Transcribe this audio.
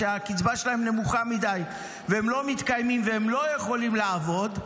שהקצבה שלהם נמוכה מדי והם לא מתקיימים והם לא יכולים לעבוד,